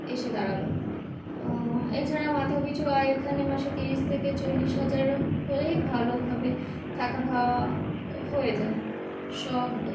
এসে দাঁড়াবে এছাড়া মাথাপিছু আয় এখানে মাসে তিরিশ থেকে চল্লিশ হাজার হলেই ভালোভাবে থাকা খাওয়া হয়ে যায় সব